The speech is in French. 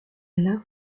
larve